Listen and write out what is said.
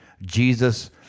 Jesus